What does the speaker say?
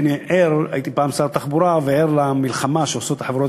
כי הייתי פעם שר התחבורה ואני ער למלחמה שעושות החברות